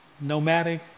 nomadic